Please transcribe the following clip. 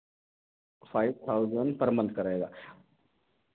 five thousand per month का रहेगा